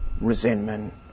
resentment